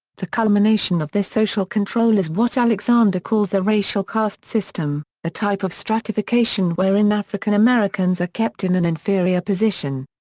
the culmination of this social social control is what alexander calls a racial caste system, a type of stratification wherein african-americans are kept in an inferior position.